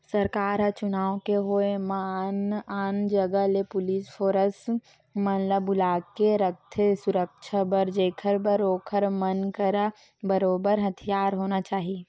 सरकार ह चुनाव के होय म आन आन जगा ले पुलिस फोरस मन ल बुलाके रखथे सुरक्छा बर जेखर बर ओखर मन करा बरोबर हथियार होना चाही